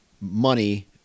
money